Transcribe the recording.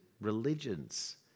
religions